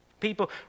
People